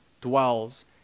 dwells